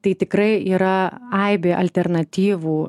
tai tikrai yra aibė alternatyvų